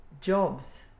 jobs